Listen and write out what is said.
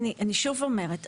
אני שוב אומרת,